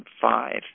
five